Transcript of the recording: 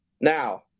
Now